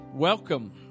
Welcome